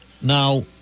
now